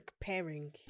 pairing